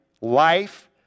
life